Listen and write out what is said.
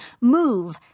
move